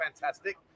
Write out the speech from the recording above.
fantastic